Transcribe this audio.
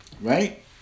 right